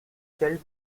killed